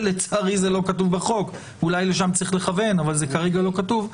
שלצערי זה לא כתוב בחוק ואולי לשם צריך לכוון אבל כרגע זה לא כתוב.